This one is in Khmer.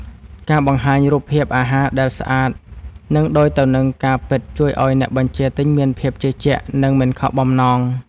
ការបង្ហាញរូបភាពអាហារដែលស្អាត និងដូចទៅនឹងការពិតជួយឱ្យអ្នកបញ្ជាទិញមានភាពជឿជាក់ និងមិនខកបំណង។